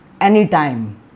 anytime